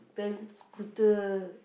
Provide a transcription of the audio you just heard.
then scooter